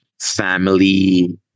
family